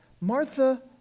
Martha